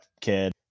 kid